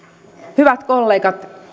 hyvät kollegat